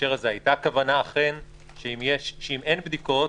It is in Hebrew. היתה כוונה שאם אין בדיקות,